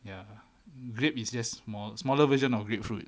ya grape is just small smaller version of grapefruit